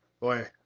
Boy